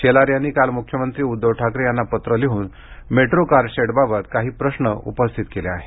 शेलार यांनी काल मुख्यमंत्री उध्दव ठाकरे यांना पत्र लिहून मेंट्रो कारशेड बाबत काही प्रश्न उपस्थित केले आहेत